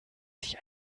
sich